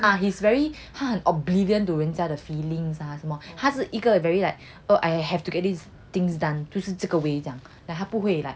ah he's very hard 他很 oblivion to 人家的 feelings 什么什么他是一个 very like oh I have to get his things done 就是这个 way 这样 like 他不会 like